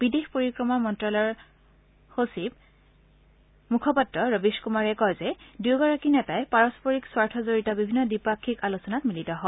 বিদেশ পৰিক্ৰমাৰ মন্ত্যালয়ৰ মুখ্যপাত্ৰ ৰবিশ কুমাৰে কয় যে দুয়োগৰাকী নেতাই পাৰস্পৰিক স্বাৰ্থ জড়িত বিভিন্ন দ্বিপাক্ষিক আলোচনাত মিলিত হয়